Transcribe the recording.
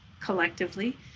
collectively